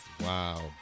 Wow